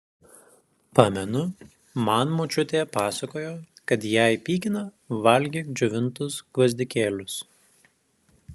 pamenu man močiutė pasakojo kad jei pykina valgyk džiovintus gvazdikėlius